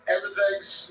Everything's